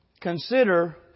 Consider